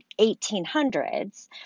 1800s